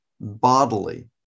bodily